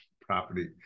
property